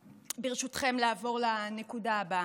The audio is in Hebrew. ברשותכם, לעבור לנקודה הבאה.